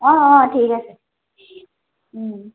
অঁ অঁ ঠিক আছে